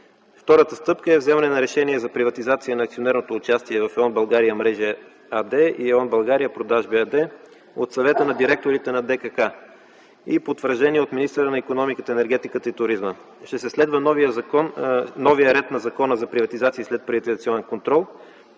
Втората стъпка е вземане на решение за приватизация на акционерното участие в „Е.ОН – България мрежи” АД и „Е.ОН – България продажби” АД от Съвета на директорите на ДКК и потвърждение от министъра на икономиката, енергетиката и туризма. Ще се следва новият ред на Закона за приватизация и следприватизационен контрол,